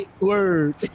Word